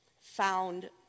found